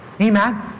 Amen